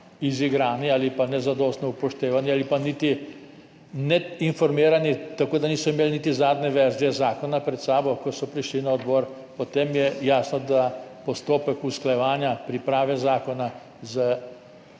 izigrani ali pa nezadostno upoštevani ali pa niti ne informirani, tako da niso imeli niti zadnje verzije zakona pred sabo, ko so prišli na odbor, potem je jasno, da postopek usklajevanja priprave zakona s